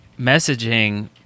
messaging